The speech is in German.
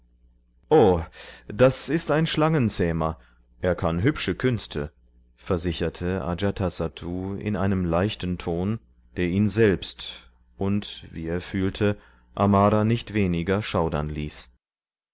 o das ist ein schlangenzähmer er kann hübsche künste versicherte ajatasattu in einem leichten ton der ihn selbst und wie er fühlte amara nicht weniger schaudern ließ